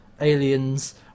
aliens